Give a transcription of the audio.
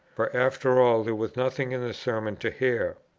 for after all there was nothing in the sermon to hear.